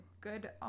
good